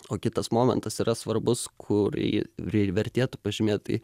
o kitas momentas yra svarbus kurį vertėtų pažymėt tai